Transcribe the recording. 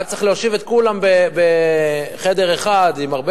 רק צריך להושיב את כולם בחדר אחד עם הרבה